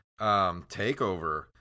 takeover